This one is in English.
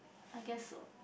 I guess so